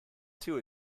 too